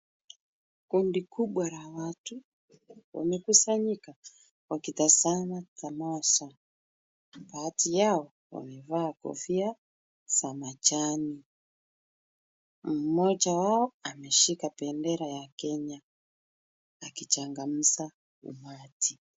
Kundi kubwa la watu wamekusanyika wakitazama tamasha. Baadhi yao wamevaa kofia za majani. Mmoja wao ameshika bendera ya Kenya akichangamsha umati.